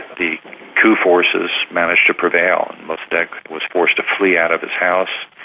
the coup forces managed to prevail. mossadeq was forced to flee out of his house,